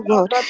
God